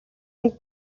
өнгө